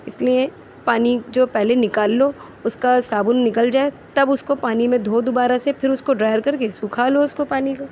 اس لئے پانی جو پہلے نکال لو اُس کا صابن نکل جائے تب اُس کو پانی میں دھوؤ دوبارہ سے پھر اُس کو ڈرائر کے سکھا لو اُس کو پانی کو